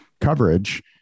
coverage